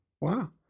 wow